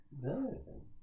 No